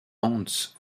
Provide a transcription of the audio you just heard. hans